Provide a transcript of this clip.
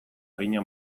arina